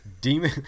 demon